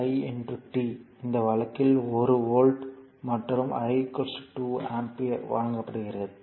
V it இந்த வழக்கில் 1 volt மற்றும் i 2 ஆம்பியர் வழங்கப்படுகிறது